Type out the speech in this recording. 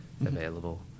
available